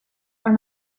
are